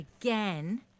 again